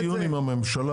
יהיה דיון עם הממשלה.